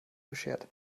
beschert